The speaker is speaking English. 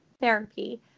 therapy